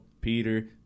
Peter